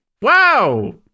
Wow